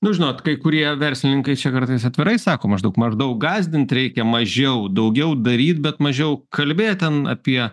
nu žinot kai kurie verslininkai čia kartais atvirai sako maždaug maždaug gąsdint reikia mažiau daugiau daryt bet mažiau kalbėt ten apie